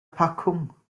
packung